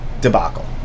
debacle